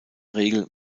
regel